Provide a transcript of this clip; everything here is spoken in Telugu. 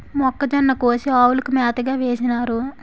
మొక్కజొన్న కోసి ఆవులకు మేతగా వేసినారు